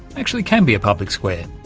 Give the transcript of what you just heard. actually can be a public square.